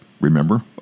remember